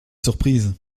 surprise